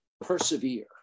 persevere